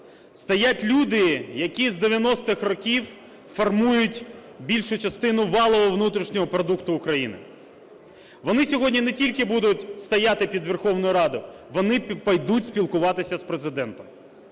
Стоять люди, які з 90-х років формують більшу частину валового внутрішнього продукту України. Вони сьогодні не тільки будуть стояти під Верховною Радою, вони підуть спілкуватися з Президентом.